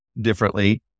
differently